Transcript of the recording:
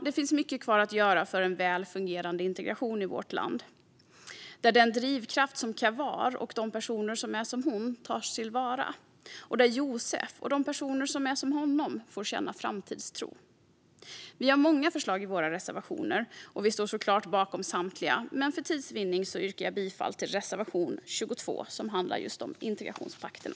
Det finns mycket kvar att göra för en väl fungerande integration i vårt land, där den drivkraft som Kahwar och personer som hon har tas till vara och där Josef och personer som han får känna framtidstro. Vi i Liberalerna har många förslag i våra reservationer och står såklart bakom samtliga, men för tids vinnande yrkar jag bifall endast till reservation 22 som handlar om integrationspakterna.